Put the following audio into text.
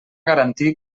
garantir